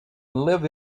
live